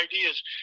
ideas